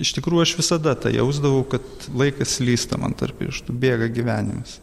iš tikrųjų aš visada tą jausdavau kad laikas slysta man tarp pirštų bėga gyvenimas